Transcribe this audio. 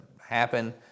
happen